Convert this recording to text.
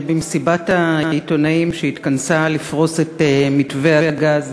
במסיבת העיתונאים שהתכנסה כדי לפרוס את מתווה הגז,